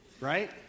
Right